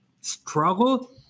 struggle